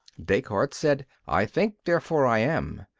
descartes said, i think therefore i am.